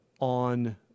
on